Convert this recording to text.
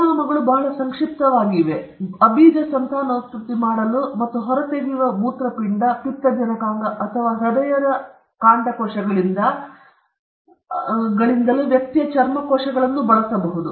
ಪರಿಣಾಮಗಳು ಬಹಳ ಸಂಕ್ಷಿಪ್ತವಾಗಿ ಇವೆ ಅಬೀಜ ಸಂತಾನೋತ್ಪತ್ತಿ ಮಾಡಲು ಮತ್ತು ಹೊರತೆಗೆಯುವ ಮೂತ್ರಪಿಂಡ ಪಿತ್ತಜನಕಾಂಗ ಅಥವಾ ಹೃದಯ ಕಾಂಡಕೋಶಗಳಿಂದ ವ್ಯಕ್ತಿಯ ಚರ್ಮ ಕೋಶಗಳನ್ನು ಬಳಸಬಹುದು